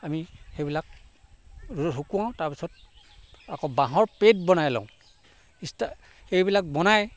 আনি সেইবিলাক ৰ'দত শুকুৱাও তাৰপিছত আকৌ বাঁহৰ পেড বনাই লওঁ ইষ্টা এইবিলাক বনাই